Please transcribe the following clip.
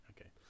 Okay